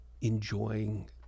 enjoying